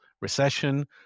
recession